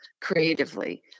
creatively